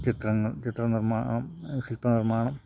ചിത്രങ്ങൾ ചിത്ര നിർമ്മാണം ചിത്ര നിർമ്മാണം